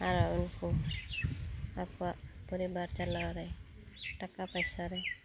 ᱟᱨ ᱩᱱᱠᱩ ᱟᱠᱚᱣᱟᱜ ᱯᱚᱨᱤᱵᱟᱨ ᱪᱟᱞᱟᱣᱨᱮ ᱴᱟᱠᱟ ᱯᱟᱭᱥᱟᱨᱮ